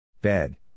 Bed